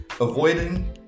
Avoiding